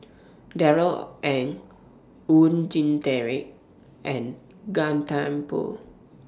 Darrell Ang Oon Jin Teik and Gan Thiam Poh